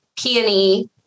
peony